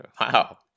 Wow